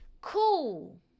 Cool